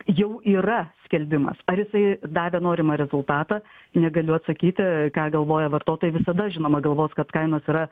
jau yra skelbimas ar jisai davė norimą rezultatą negaliu atsakyti ką galvoja vartotojai visada žinoma galvos kad kainos yra